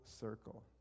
circle